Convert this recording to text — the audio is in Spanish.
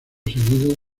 seguidos